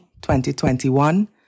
2021